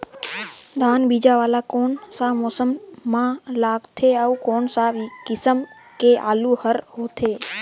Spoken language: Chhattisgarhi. धान बीजा वाला कोन सा मौसम म लगथे अउ कोन सा किसम के आलू हर होथे?